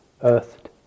earthed